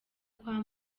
kwa